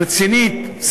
רצינית,